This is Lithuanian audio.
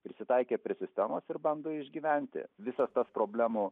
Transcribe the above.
prisitaikė prie sistemos ir bando išgyventi visas tas problemų